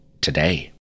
Today